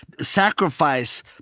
sacrifice